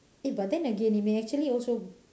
eh but then again it may actually also